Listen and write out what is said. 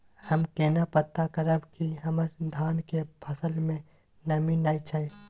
हम केना पता करब की हमर धान के फसल में नमी नय छै?